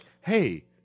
hey